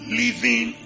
living